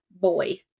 boy